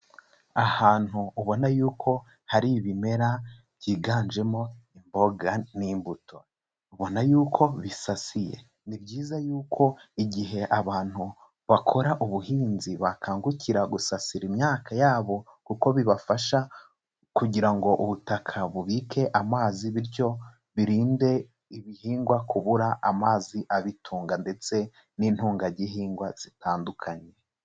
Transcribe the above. Ahantu ubona y'uko hari ibimera byiganjemo imboga n'imbuto, ubona yuko bisasiye. Ni byiza y'uko igihe abantu bakora ubuhinzi bakangukira gusasira imyaka yabo, kuko bibafasha kugira ngo ubutaka bubike amazi, bityo birinde ibihingwa kubura amazi abitunga ndetse n'intungagihingwa zitandukanye.